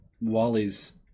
Wally's